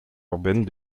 urbaine